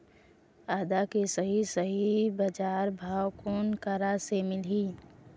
आदा के सही सही बजार भाव कोन करा से मिलही?